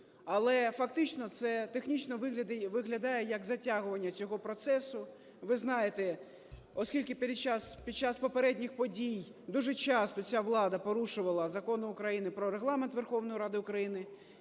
але фактично це технічно виглядає як затягування цього процесу. Ви знаєте, оскільки під час попередніх подій дуже часто ця влада порушувала Закон України "Про Регламент Верховної Ради України",